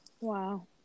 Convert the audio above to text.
wow